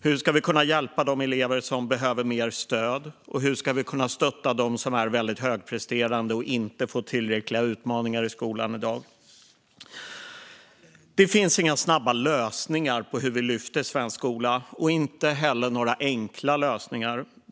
Hur ska vi hjälpa de elever som behöver mer stöd, och hur ska vi stötta de som är högpresterande och inte får tillräckliga utmaningar i skolan i dag? Det finns inga snabba lösningar på hur vi lyfter upp svensk skola, och det finns inte heller några enkla lösningar.